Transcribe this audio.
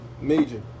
major